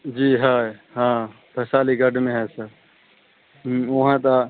जी है हाँ वैशालीगढ़ में है सर वहाँ दा